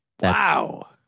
Wow